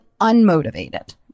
unmotivated